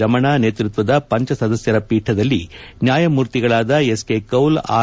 ರಮಣ ನೇತೃತ್ವದ ಪಂಚ ಸದಸ್ಯರ ಪೀಠದಲ್ಲಿ ನ್ಯಾಯಮೂರ್ತಿಗಳಾದ ಎಸ್ಕೆ ಕೌಲ್ ಆರ್